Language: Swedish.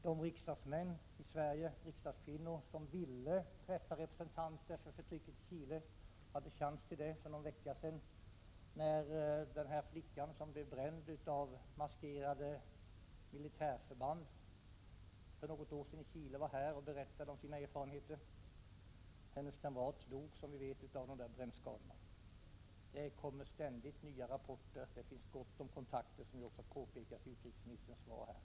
De riksdagsmän och riksdagskvinnor i Sverige som ville träffa representanter för dem som drabbats av förtrycket i Chile hade chansen att göra det för någon vecka sedan, då den flicka som för något år sedan blev bränd av maskerade militärförband i Chile var här och berättade om sina erfarenheter. Hennes kamrat dog, som vi vet, av brännskadorna. Det kommer ständigt nya rapporter. Det finns gott om kontakter, vilket ju också påpekas i utrikesministerns interpellationssvar här i dag.